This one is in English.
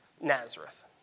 Nazareth